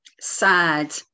sad